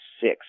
six